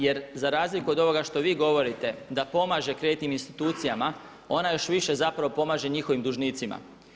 Jer za razliku od ovoga što vi govorite da pomaže kreditnim institucijama ona još više zapravo pomaže njihovim dužnicima.